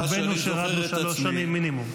רובנו שלוש שנים מינימום.